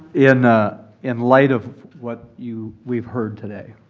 in ah in light of what you we've heard today,